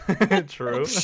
True